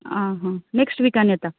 आं हां नॅक्स्ट विकान येता